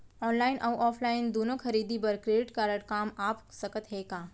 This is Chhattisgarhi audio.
ऑनलाइन अऊ ऑफलाइन दूनो खरीदी बर क्रेडिट कारड काम आप सकत हे का?